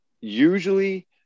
usually